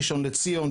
ראשון לציון,